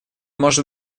может